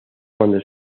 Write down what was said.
cuando